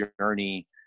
journey